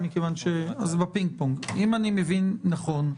אם אני מבין נכון,